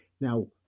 Now